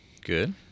Good